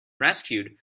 rescued